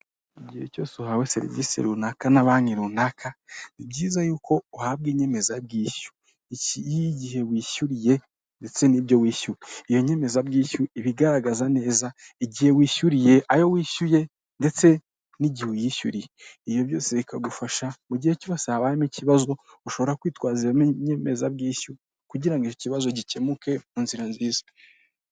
Igihe cyose uhawe serivisi runaka na banki runaka, ni byiza yuko uhabwa inyemezabwishyu igihe wishyuriye ndetse n'ibyo wishyuye. Iyo nyemezabwishyu, igaragaza neza igihe wishyuriye, ayo wishyuye, ndetse n'igihe uyishyuriye. Ibyo byose bikagufasha gihe cyose habayemo ikibazo, ushobora kwitwazamo iyo nyemezabwishyu, kugira ngo icyo kibazo gikemuke mu nzira nziza.